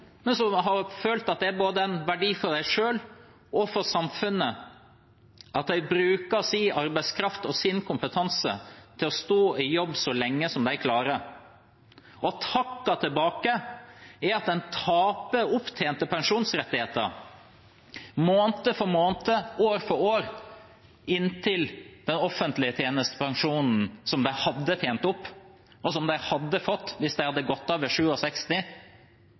men som har følt at det er en verdi både for dem selv og for samfunnet at de bruker sin arbeidskraft og sin kompetanse til å stå i jobb så lenge de klarer. Takken tilbake er at en taper opptjente pensjonsrettigheter, måned for måned, år for år, inntil den offentlige tjenestepensjonen de har tjent opp, og som de hadde fått hvis de hadde gått av ved